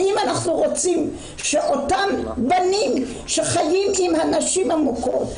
ואם אנחנו רוצים שאותם ילדים שחיים עם הנשים המוכות,